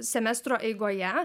semestro eigoje